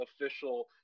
official